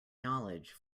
knowledge